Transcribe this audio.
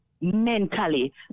mentally